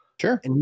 Sure